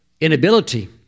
inability